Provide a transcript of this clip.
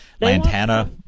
lantana